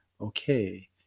okay